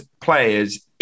players